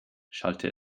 schallte